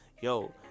yo